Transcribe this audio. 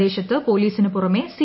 പ്രദേശത്ത് പൊലീസിന് പുറമെ സി